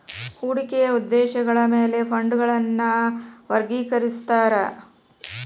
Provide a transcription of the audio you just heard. ಹೂಡಿಕೆಯ ಉದ್ದೇಶಗಳ ಮ್ಯಾಲೆ ಫಂಡ್ಗಳನ್ನ ವರ್ಗಿಕರಿಸ್ತಾರಾ